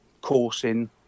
coursing